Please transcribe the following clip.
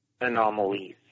anomalies